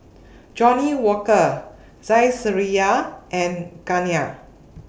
Johnnie Walker Saizeriya and Garnier